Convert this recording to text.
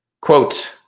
Quote